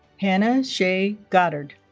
hannah shae goddard